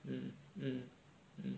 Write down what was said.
mm mm mm